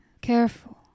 careful